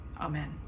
Amen